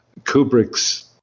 Kubrick's